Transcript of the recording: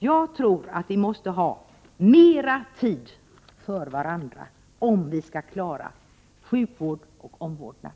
Jag tror att vi måste ha mer tid för varandra om vi skall kunna klara sjukvård och omvårdnad.